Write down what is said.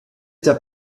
der